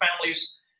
families